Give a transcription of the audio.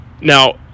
Now